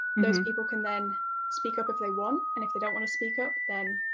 those people can then speak up if they want, and, if they don't want to speak up, then